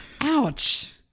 ouch